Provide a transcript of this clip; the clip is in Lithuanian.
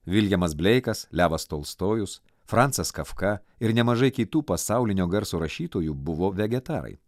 viljamas bleikas levas tolstojus francas kafka ir nemažai kitų pasaulinio garso rašytojų buvo vegetarai